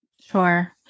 Sure